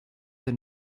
than